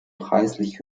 preislich